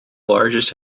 largest